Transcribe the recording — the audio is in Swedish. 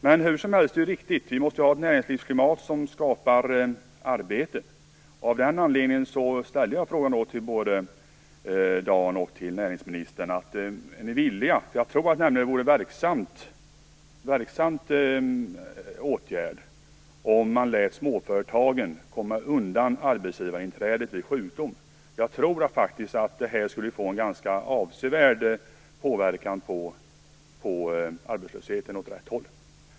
Men det är riktigt att vi måste ha ett näringslivsklimat som skapar arbete. Av den anledningen ställde jag en fråga till både Dan Ericsson och näringsministern. Jag tror nämligen att det vore en verksam åtgärd om man lät småföretagen komma undan arbetsgivarinträdet vid sjukdom. Jag tror faktiskt att det skulle få en avsevärd påverkan på arbetslösheten åt rätt håll.